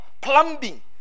plumbing